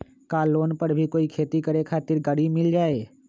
का लोन पर कोई भी खेती करें खातिर गरी मिल जाइ?